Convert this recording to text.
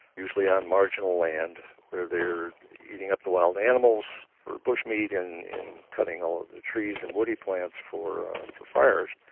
usually on marginal land where they're eating up the wild animals for bush meat and cutting all of the trees and woody plants for for fires.